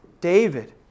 David